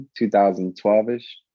2012-ish